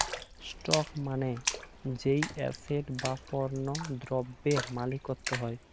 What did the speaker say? stock মানে যেই asset বা পণ্য দ্রব্যের মালিকত্ব হয়